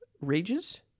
Rages